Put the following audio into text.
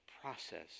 process